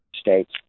states